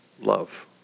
love